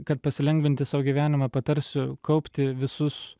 kad pasilengvinti sau gyvenimą patarsiu kaupti visus